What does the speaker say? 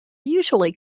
usually